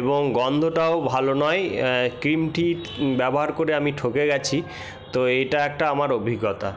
এবং গন্ধটাও ভালো নয় ক্রিমটি ব্যবহার করে আমি ঠকে গেছি তো এটা একটা আমার অভিজ্ঞতা